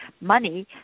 money